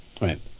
Right